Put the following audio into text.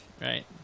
Right